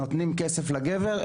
נותנים כסף לגבר,